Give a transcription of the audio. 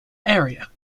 area